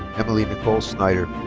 emily nicole snyder.